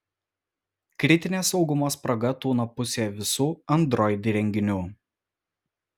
kritinė saugumo spraga tūno pusėje visų android įrenginių